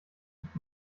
gibt